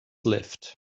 left